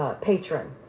patron